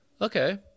Okay